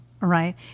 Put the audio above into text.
Right